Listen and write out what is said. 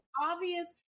obvious